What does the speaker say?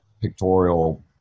pictorial